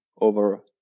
over